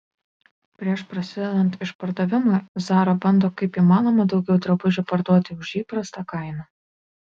prieš prasidedant išpardavimui zara bando kaip įmanoma daugiau drabužių parduoti už įprastą kainą